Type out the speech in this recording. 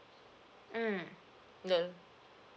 mm nel~